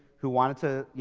who wanted to yeah